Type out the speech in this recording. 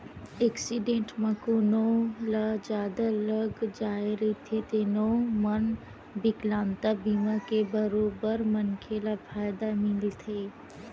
accident म कोनो ल जादा लाग जाए रहिथे तेनो म बिकलांगता बीमा के बरोबर मनखे ल फायदा मिलथे